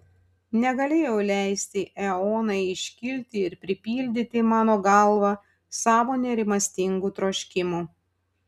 negalėjau leisti eonai iškilti ir pripildyti mano galvą savo nerimastingų troškimų